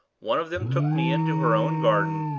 one of them took me into her own garden,